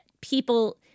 people